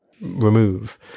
remove